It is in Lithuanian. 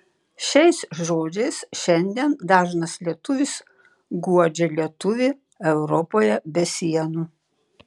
šiais žodžiais šiandien dažnas lietuvis guodžia lietuvį europoje be sienų